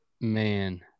Man